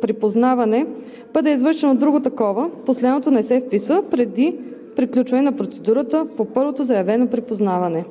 припознаване бъде извършено друго такова, последното не се вписва преди приключване на процедурата по първото заявено припознаване.